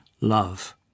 love